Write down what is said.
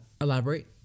Elaborate